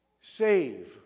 save